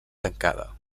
tancada